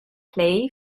clay